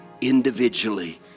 individually